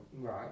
right